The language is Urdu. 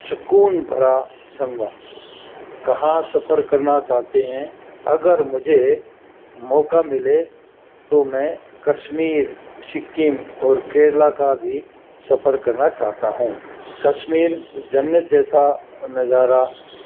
سکون بھرا سنگم کہاں سفر کرنا چاہتے ہیں اگر مجھے موقع ملے تو میں کشمیر سکم اور کیرلا کا بھی سفر کرنا چاہتا ہوں کشمیر جنت جیسا نظارہ